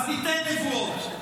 ניתן נבואות.